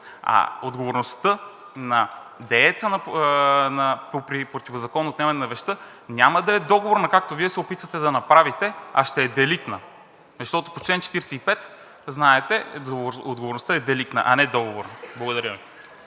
А отговорността на дееца по противозаконно отнемане на вещта, няма да е договорна, както Вие се опитвате да направите, а ще е деликтна, защото по чл. 45 знаете отговорността е деликтна, а не договор. Благодаря